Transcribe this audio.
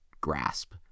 grasp